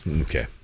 Okay